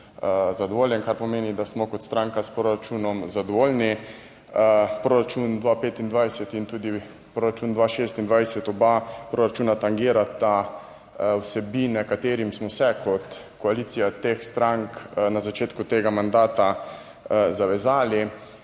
zadovoljen, kar pomeni, da smo kot stranka s proračunom zadovoljni. Proračun 2025 in tudi proračun 2026, oba proračuna tangirata vsebine katerim smo se kot koalicija teh strank na začetku tega mandata zavezali.